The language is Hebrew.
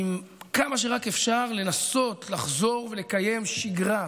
כמה שרק אפשר לנסות לחזור ולקיים שגרה,